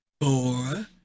four